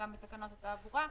גם בתקנות התעבורה,